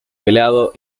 pelado